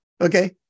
Okay